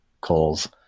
calls